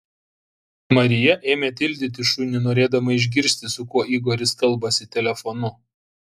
marija ėmė tildyti šunį norėdama išgirsti su kuo igoris kalbasi telefonu